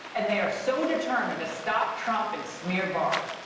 and they are so determined to stop trump and smear barr.